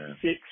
six